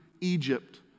Egypt